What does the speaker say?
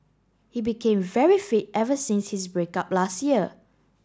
he became very fit ever since his break up last year